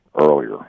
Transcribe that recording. earlier